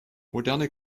moderne